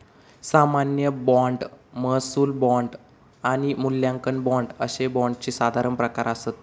सामान्य बाँड, महसूल बाँड आणि मूल्यांकन बाँड अशे बाँडचे साधारण प्रकार आसत